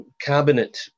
cabinet